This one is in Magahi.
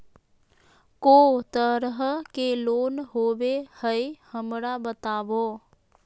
को तरह के लोन होवे हय, हमरा बताबो?